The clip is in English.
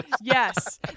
yes